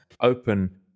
open